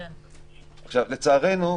לצערנו,